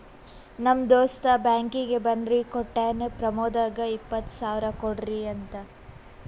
ನಮ್ ದೋಸ್ತ ಬ್ಯಾಂಕೀಗಿ ಬರ್ದಿ ಕೋಟ್ಟಾನ್ ಪ್ರಮೋದ್ಗ ಇಪ್ಪತ್ ಸಾವಿರ ಕೊಡ್ರಿ ಅಂತ್